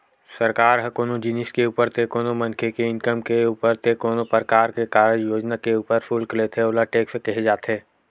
सरकार ह कोनो जिनिस के ऊपर ते कोनो मनखे के इनकम के ऊपर ते कोनो परकार के कारज योजना के ऊपर सुल्क लेथे ओला टेक्स केहे जाथे